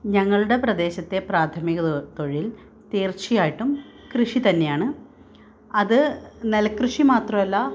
ഞങ്ങളുടെ പ്രദേശത്തെ പ്രാഥമിക തൊ തൊഴില് തീര്ച്ചയായിട്ടും കൃഷി തന്നെയാണ് അത് നെല് കൃഷി മാത്രമല്ല